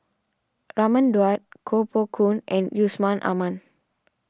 Raman Daud Koh Poh Koon and Yusman Aman